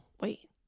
wait